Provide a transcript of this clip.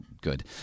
good